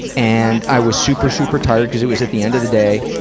and i was super, super tired, cuz it was at the end of the day.